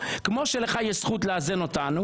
כלל --- לא,